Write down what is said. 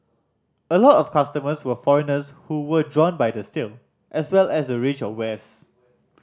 a lot of customers were foreigners who were drawn by the sale as well as the range of wares